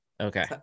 Okay